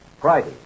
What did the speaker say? Friday